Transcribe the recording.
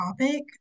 topic